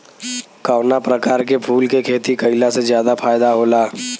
कवना प्रकार के फूल के खेती कइला से ज्यादा फायदा होला?